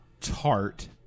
tart